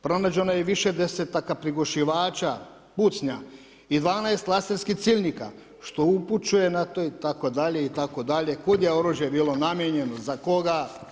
Pronađeno je i više desetaka prigušivača, ... i 12 laserskih ciljnika, što upućuje na te itd., itd. kud je oružje bilo namijenjeno, za koga.